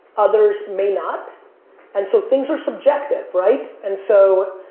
others may not and so things are subjective, right? and so,